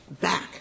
back